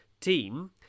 team